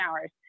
hours